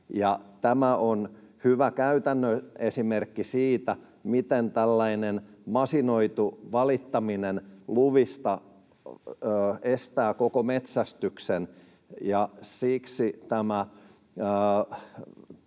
Tämä on hyvä käytännön esimerkki siitä, miten tällainen masinoitu valittaminen luvista estää koko metsästyksen. Siksi tämä